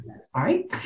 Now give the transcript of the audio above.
sorry